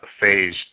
Phase